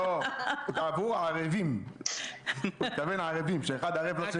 עבור ערבים, שאחד ערב לשני.